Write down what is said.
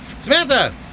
Samantha